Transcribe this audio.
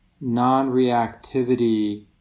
non-reactivity